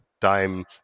time